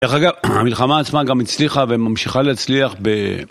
דרך אגב, המלחמה עצמה גם הצליחה וממשיכה להצליח ב...